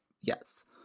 Yes